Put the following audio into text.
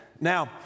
Now